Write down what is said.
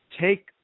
take